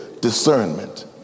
discernment